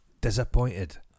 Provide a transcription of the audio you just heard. Disappointed